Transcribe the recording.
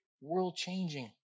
world-changing